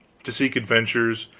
to seek adventures,